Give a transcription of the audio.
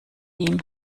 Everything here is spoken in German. ihm